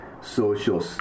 social